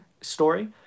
story